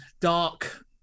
dark